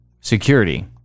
security